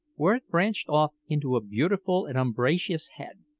where it branched off into a beautiful and umbrageous head.